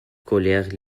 colères